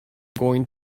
going